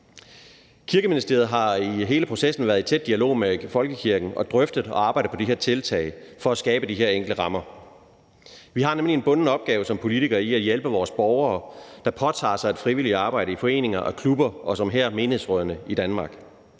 Kirkeministeriet har i hele processen været i tæt dialog med folkekirken og har drøftet og arbejdet på det her tiltag for at skabe de her enkle rammer. Vi har nemlig som politikere en bunden opgave i at hjælpe vores borgere, der påtager sig et frivilligt arbejde i foreninger, klubber og, som her, i menighedsrådene i Danmark.